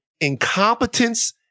incompetence